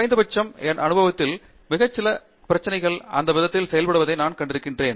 குறைந்தபட்சம் என் அனுபவத்தில் மிகச் சில பிரச்சினைகள் அந்த விதத்தில் செயல்படுவதை நான் கண்டிருக்கிறேன்